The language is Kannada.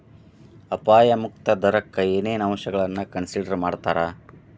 ಅಪಾಯ ಮುಕ್ತ ದರಕ್ಕ ಏನೇನ್ ಅಂಶಗಳನ್ನ ಕನ್ಸಿಡರ್ ಮಾಡ್ತಾರಾ